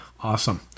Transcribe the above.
Awesome